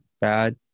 bad